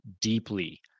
deeply